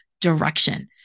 direction